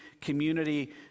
community